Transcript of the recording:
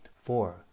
Four